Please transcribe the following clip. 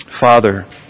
Father